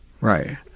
Right